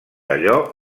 allò